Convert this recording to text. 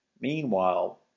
meanwhile